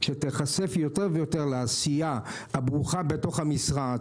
כשתיחשף יותר לעשייה הברוכה בתוך המשרד,